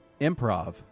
improv